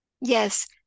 yes